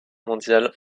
mondiale